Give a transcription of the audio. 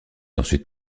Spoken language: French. ensuite